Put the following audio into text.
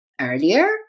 earlier